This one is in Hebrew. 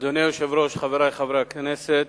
אדוני היושב-ראש, חברי חברי הכנסת,